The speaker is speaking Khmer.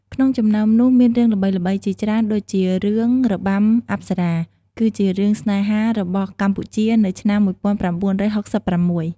ក្នុងចំណោមនោះមានរឿងល្បីៗជាច្រើនដូចជា រឿងរបាំអប្សរា គឺជារឿងស្នេហារបស់កម្ពុជានៅឆ្នាំំំ១៩៦៦។